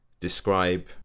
describe